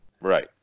Right